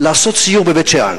לעשות סיור בבית-שאן